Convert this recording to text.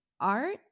art